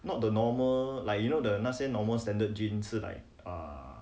not the normal like you know the 那些 normal standard gin 是 like err